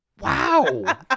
Wow